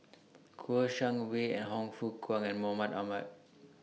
Kouo Shang Wei and Hon Fook Kwang and Mahmud Ahmad